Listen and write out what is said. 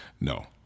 No